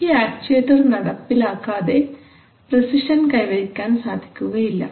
ഈ ആക്ച്ചുവെറ്റർ നടപ്പിലാക്കാതെ പ്രിസിഷൻ കൈവരിക്കാൻ സാധിക്കുകയില്ല